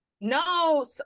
No